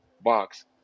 box